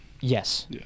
Yes